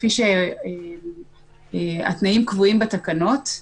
כפי שהתנאים קבועים בתקנות.